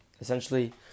Essentially